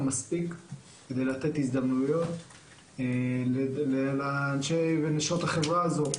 מספיק כדי לתת הזדמנויות ואנשי ונשות החברה הזו.